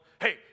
hey